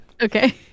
Okay